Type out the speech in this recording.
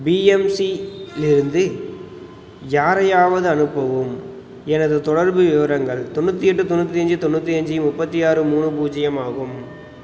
பிஎம்சிலிருந்து யாரையாவது அனுப்பவும் எனது தொடர்பு விவரங்கள் தொண்ணூற்றி எட்டு தொண்ணூற்றி அஞ்சு தொண்ணூற்றி அஞ்சு முப்பத்தி ஆறு மூணு பூஜ்ஜியம் ஆகும்